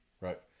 right